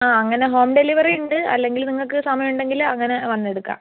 ആ അങ്ങനെ home delivery ഉണ്ട് അല്ലെങ്കിൽ നിങ്ങൾക്ക് സമയം ഉണ്ടെങ്കിൽ അങ്ങനെ വന്നെടുക്കാം